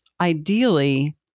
ideally